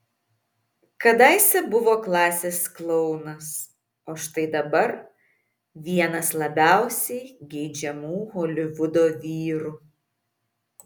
kadaise buvo klasės klounas o štai dabar vienas labiausiai geidžiamų holivudo vyrų